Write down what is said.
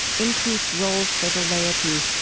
increased roles for the laity,